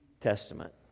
Testament